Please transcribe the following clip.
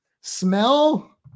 smell